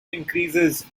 increases